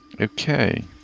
Okay